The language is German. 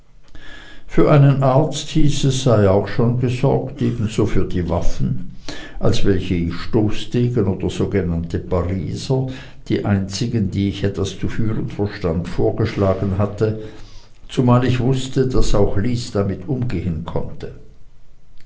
für einen arzt hieß es sei auch schon gesorgt ebenso für die waffen als welche ich stoßdegen oder sogenannte pariser die einzigen die ich etwas zu führen verstand vorgeschlagen hatte zumal ich wußte daß auch lys damit umgehen konnte